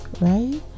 Right